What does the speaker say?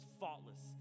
faultless